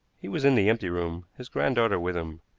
he was in the empty room, his granddaughter with him.